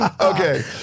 Okay